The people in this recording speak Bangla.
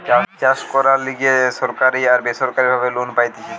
চাষ কইরার লিগে সরকারি আর বেসরকারি ভাবে লোন পাইতেছি